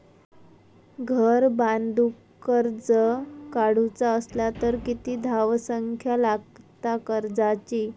घर बांधूक कर्ज काढूचा असला तर किती धावसंख्या लागता कर्जाची?